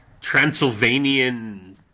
Transylvanian